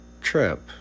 trip